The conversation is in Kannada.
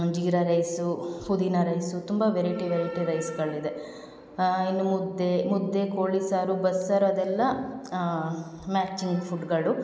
ಜೀರಾ ರೈಸು ಪುದೀನಾ ರೈಸು ತುಂಬ ವೆರೈಟಿ ವೆರೈಟಿ ರೈಸ್ಗಳಿದೆ ಇನ್ನು ಮುದ್ದೆ ಮುದ್ದೆ ಕೋಳಿ ಸಾರು ಬಸ್ಸಾರು ಅದೆಲ್ಲ ಮ್ಯಾಚಿಂಗ್ ಫುಡ್ಗಳು